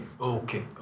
okay